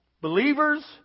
Believers